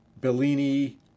Bellini